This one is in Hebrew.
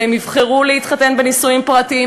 והם יבחרו להתחתן בנישואים פרטיים,